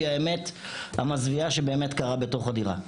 האמת המזוויעה שבאמת קרה בתוך הדירה.